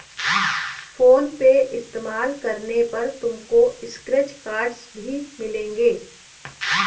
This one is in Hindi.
फोन पे इस्तेमाल करने पर तुमको स्क्रैच कार्ड्स भी मिलेंगे